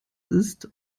ist